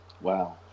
Wow